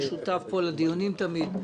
הוא שותף לדיונים פה תמיד.